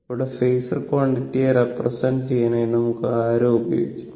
ഇവിടെ ഫേസർ ക്വാണ്ടിറ്റിയെ റെപ്രെസെന്റ് ചെയ്യാനായി നമുക്ക് ഒരു ആരോ ഉപയോഗിക്കാം